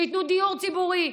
שייתנו דיור ציבורי,